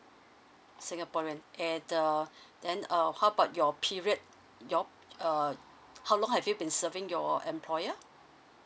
singaporean and uh then uh how about your period your err how long have you been serving your employer